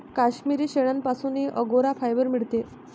काश्मिरी शेळ्यांपासूनही angora fibre मिळते